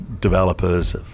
developers